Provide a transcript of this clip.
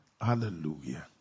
Hallelujah